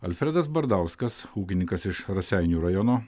alfredas bardauskas ūkininkas iš raseinių rajono